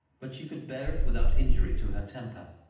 but she could bear it without injury to her temper.